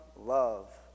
love